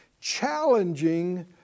challenging